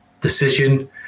decision